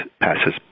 passes